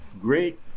great